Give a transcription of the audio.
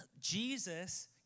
Jesus